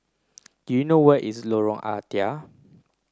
do you know where is Lorong Ah Thia